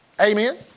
Amen